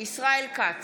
ישראל כץ,